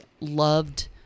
loved